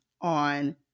on